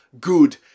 good